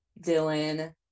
Dylan